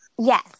Yes